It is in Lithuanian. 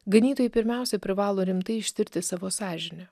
ganytojai pirmiausia privalo rimtai ištirti savo sąžinę